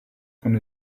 con